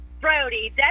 Brody